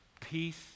peace